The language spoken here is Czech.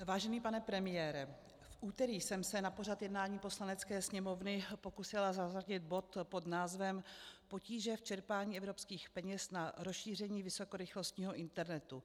Vážený pane premiére, v úterý jsem se na pořad jednání Poslanecké sněmovny pokusila zařadit bod pod názvem Potíže v čerpání evropských peněz na rozšíření vysokorychlostního internetu.